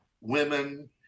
women